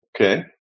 Okay